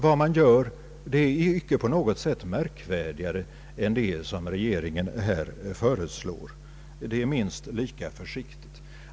Vad man gör är inte på något sätt märkvärdigare än det som regeringen föreslår. Det är minst lika försiktigt.